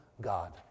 God